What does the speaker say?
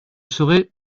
serai